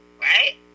right